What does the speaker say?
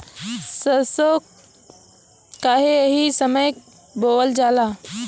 सरसो काहे एही समय बोवल जाला?